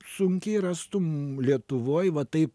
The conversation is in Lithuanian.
sunkiai rastum lietuvoj va taip